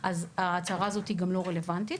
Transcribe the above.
אז ההצהרה הזאת גם לא רלוונטית.